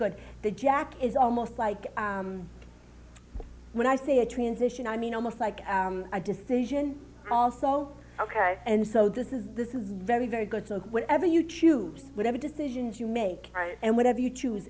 good the jack is almost like when i say a transition i mean almost like a decision also ok and so this is this is very very good so whatever you choose whatever decisions you make right and whatever you choose